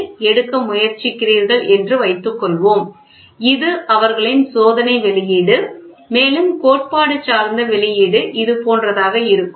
R எடுக்க முயற்சிக்கிறீர்கள் என்று வைத்துக்கொள்வோம் இது அவர்களின் சோதனை வெளியீடு மேலும் கோட்பாடு சார்ந்த வெளியீடு இது போன்றதாக இருக்கும்